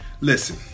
listen